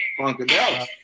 Funkadelic